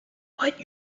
what